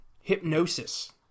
hypnosis